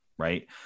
right